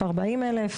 40,000?